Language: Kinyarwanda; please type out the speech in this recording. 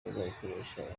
bazikoresha